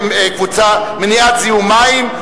מניעת זיהום מים,